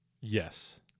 Yes